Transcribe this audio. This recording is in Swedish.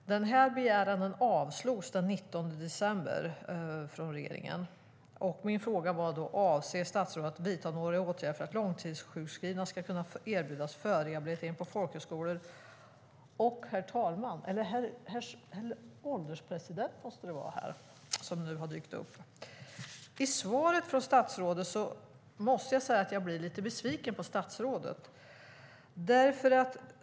Denna begäran avslogs av regeringen den 19 december. Min fråga var då: Avser statsrådet att vidta några åtgärder för att långtidssjukskrivna ska kunna erbjudas förrehabilitering på folkhögskolor? Herr ålderspresident! Jag måste säga att jag blev lite besviken över statsrådets svar.